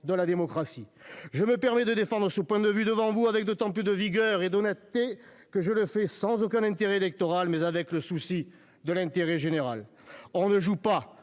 de la démocratie. Si je me permets de défendre ce point de vue devant vous, c'est avec d'autant plus de vigueur et d'honnêteté que je le fais sans aucun intérêt électoral, mais avec le souci de l'intérêt général. On ne joue pas